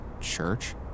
Church